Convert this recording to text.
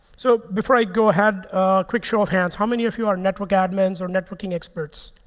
so before i go ahead, a quick show of hands. how many of you are network admins or networking experts?